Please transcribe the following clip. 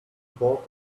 bought